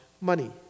money